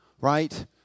right